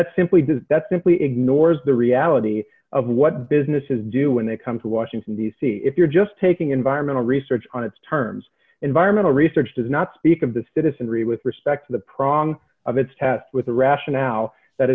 that simply does that simply ignores the reality of what businesses do when they come to washington d c if you're just taking environmental research on its terms environmental research does not speak of the citizenry with respect to the problem of its test with a rationale that